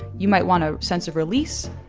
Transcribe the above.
you might want a sense of release,